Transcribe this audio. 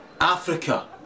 Africa